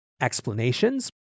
Explanations